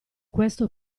questo